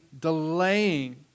delaying